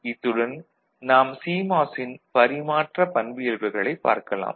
இத்துடன் நாம் சிமாஸ் ன் பரிமாற்ற பண்பியல்புகளைப் பார்க்கலாம்